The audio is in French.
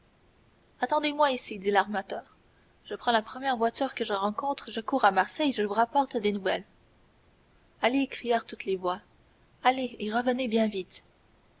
attendez-moi ici dit l'armateur je prends la première voiture que je rencontre je cours à marseille et je vous rapporte des nouvelles allez crièrent toutes les voix allez et revenez bien vite